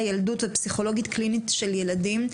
הילדות ופסיכולוגית קלינית של ילדים,